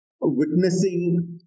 witnessing